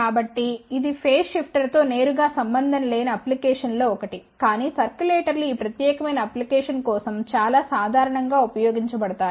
కాబట్టి ఇది ఫేజ్ షిఫ్టర్తో నేరుగా సంబంధం లేని అప్లికేషన్ లో ఒకటి కానీ సర్క్యులేటర్లు ఈ ప్రత్యేకమైన అప్లికేషన్ కోసం చాలా సాధారణం గా ఉపయోగించబడతాయి